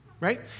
right